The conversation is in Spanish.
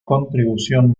contribución